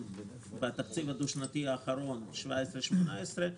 בתקציב הדו-שנתי האחרון לשנים 2017 2018,